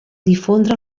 difondre